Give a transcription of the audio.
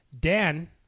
Dan